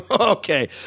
okay